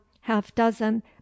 half-dozen